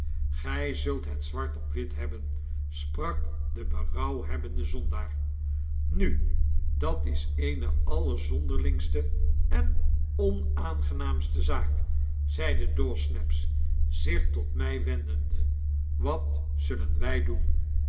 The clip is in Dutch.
gy zult het zwart op wit hebben sprak de berouwhebbende zondaar nu dat is eene allerzonderlingste en onaangenaamste zaak zeide dawsnaps zich tot ray wendende wat zullen wy doen